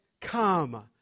come